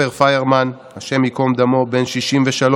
עופר פיירמן, השם ייקום דמו, בן 63,